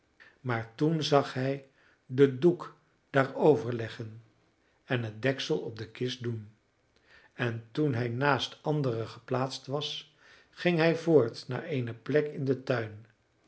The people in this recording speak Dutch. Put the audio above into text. maar toen zag hij den doek daarover leggen en het deksel op de kist doen en toen hij naast anderen geplaatst was ging hij voort naar eene plek in den tuin